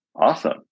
Awesome